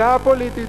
דעה פוליטית.